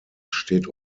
steht